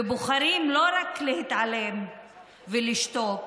ובוחרים לא רק להתעלם ולשתוק